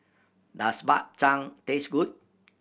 does Bak Chang taste good